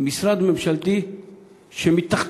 משרד ממשלתי שמתחתיו